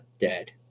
dead